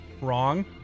wrong